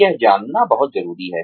यह जानना बहुत जरूरी है